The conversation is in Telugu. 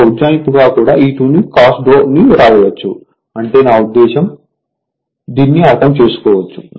ఒక ఉజ్జాయింపుగా కూడా E2 cos ను వ్రాయవచ్చు అంటే నా ఉద్దేశ్యం అంటే దీనిని అర్థం చేసుకోవచ్చు